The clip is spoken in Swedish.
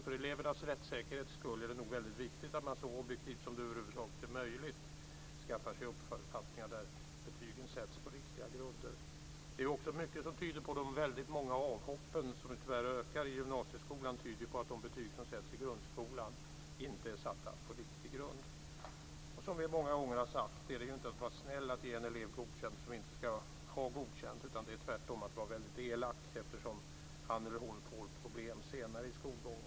För elevernas rättssäkerhets skull är det viktigt att betygen sätts på så riktiga och objektiva grunder som det över huvud taget är möjligt. De många avhoppen som tyvärr ökar i gymnasieskolan tyder på att de betyg som sätts i grundskolan inte har satts på en riktig grund. Vi har många gånger sagt att det är inte att vara snäll att ge en elev godkänt som inte ska ha godkänt. Det är tvärtom att vara väldigt elak eftersom han eller hon får problem senare i skolgången.